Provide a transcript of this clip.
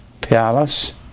Palace